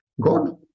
God